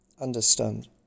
understand